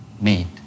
made